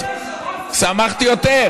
נכון?